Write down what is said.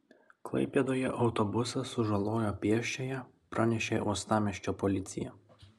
klaipėdoje autobusas sužalojo pėsčiąją pranešė uostamiesčio policija